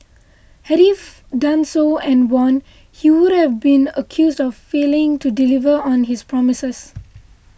had he done so and won he wouldn't been accused of failing to deliver on his promises